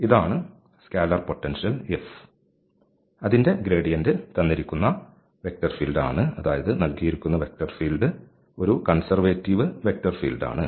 ഇത് ആണ് scalar potential f അതിന്റെ ഗ്രേഡിയന്റ് തന്നിരിക്കുന്ന വെക്റ്റർ ഫീൽഡ് ആണ് അതായത് നൽകിയിരിക്കുന്ന വെക്റ്റർ ഫീൽഡ് ഒരു കൺസെർവേറ്റീവ് വെക്റ്റർ ഫീൽഡാണ്